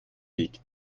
wiegt